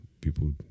people